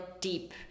deep